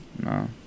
No